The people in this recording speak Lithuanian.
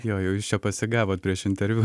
jo jūs čia pasigavot prieš interviu